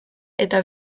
eta